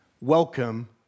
welcome